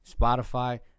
Spotify